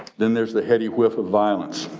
then there's the heavy whiff of violence.